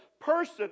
person